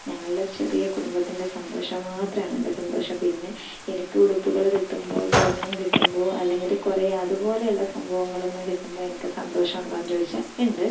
ഞങ്ങളുടെ ചെറിയ കുടുംബത്തിൻ്റെ സന്തോഷം മാത്രമാണ് എൻ്റെ സന്തോഷം പിന്നെ എനിക്ക് ഉടുപ്പുകൾ കിട്ടുമ്പോൾ സ്വർണ്ണം കിട്ടുമ്പോൾ അല്ലെങ്കിൽ കുറേ അതുപോലെയുള്ള സംഭവങ്ങളൊന്നും കിട്ടുമ്പോൾ എനിക്ക് സന്തോഷം ഉണ്ടോന്ന് ചോദിച്ചാൽ ഉണ്ട്